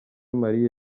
marie